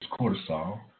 cortisol